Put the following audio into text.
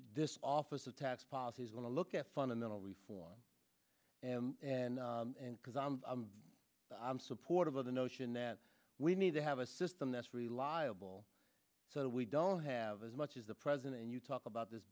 this office of tax policy is going to look at fundamental reform and because i'm i'm supportive of the notion that we need to have a system that's reliable so we don't have as much as the president and you talk about this